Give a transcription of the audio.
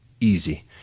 easy